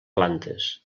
plantes